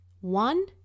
One